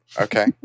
okay